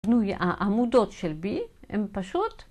‫העמודות של b הם פשוט...